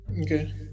okay